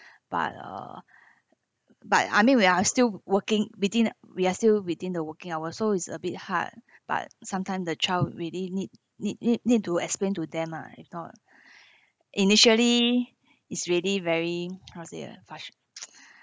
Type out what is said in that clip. but err but I mean we are still working within we are still within the working hours so it's a bit hard but sometime the child really need need need need to explain to them ah if not initially is really very how to say ah frus~